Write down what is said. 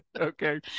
Okay